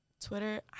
Twitter